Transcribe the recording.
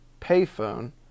Payphone